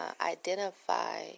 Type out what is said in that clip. identify